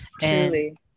Truly